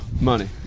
money